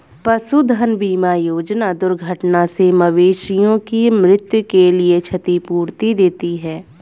पशुधन बीमा योजना दुर्घटना से मवेशियों की मृत्यु के लिए क्षतिपूर्ति देती है